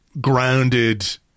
grounded